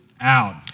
out